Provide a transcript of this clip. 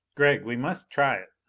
gregg, we must try it.